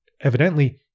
Evidently